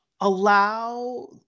allow